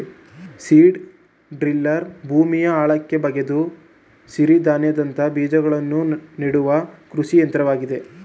seed driller ಭೂಮಿಯ ಆಳಕ್ಕೆ ಬಗೆದು ಸಿರಿಧಾನ್ಯದಂತ ಬೀಜವನ್ನು ನೆಡುವ ಕೃಷಿ ಯಂತ್ರವಾಗಿದೆ